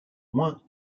moins